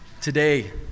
Today